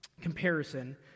comparison